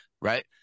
right